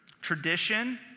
tradition